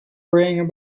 worrying